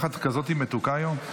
את כזאת מתוקה היום.